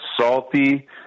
salty